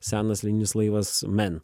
senas lininis laivas men